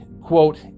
quote